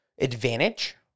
advantage